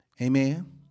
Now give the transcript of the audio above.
Amen